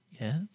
yes